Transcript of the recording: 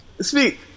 speak